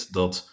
dat